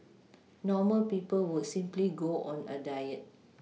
normal people would simply go on a diet